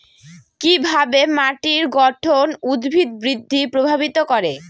কিভাবে মাটির গঠন উদ্ভিদ বৃদ্ধি প্রভাবিত করে?